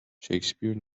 shakespeare